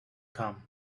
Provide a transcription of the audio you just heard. come